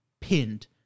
pinned